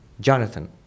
Jonathan